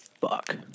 fuck